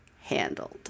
handled